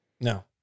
no